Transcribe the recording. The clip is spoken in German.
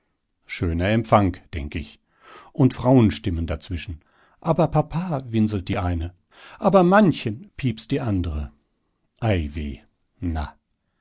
schöner empfang denk ich und frauenstimmen dazwischen aber papa winselt die eine aber mannchen piepst die andre ei weh na